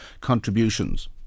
contributions